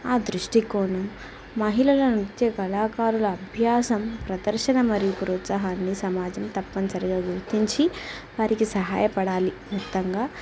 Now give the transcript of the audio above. ఆ దృష్టి కోణం మహిళల నృత్య కళాకారుల అభ్యాసం ప్రదర్శన మరియు ప్రోత్సాహాన్ని సమాజం తప్పనిసరిగా గుర్తించి వారికి సహాయపడాలి మొత్తంగా